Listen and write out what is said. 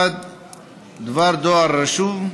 1. דבר דואר רשום,